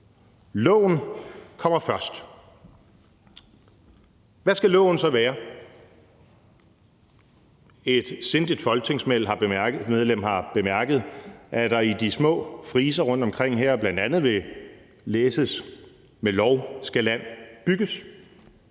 Loven kommer først. Hvad skal loven så være? Et sindigt folketingsmedlem har bemærket, at der i de små friser rundtomkring her bl.a. vil læses: »Med lov skal land bygges«.